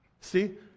See